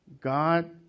God